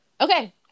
Okay